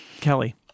Kelly